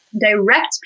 direct